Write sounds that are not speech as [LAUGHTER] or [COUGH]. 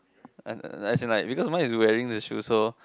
[NOISE] as in like because my is wearing the shoes so